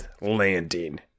landing